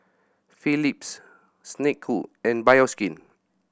Phillips Snek Ku and Bioskin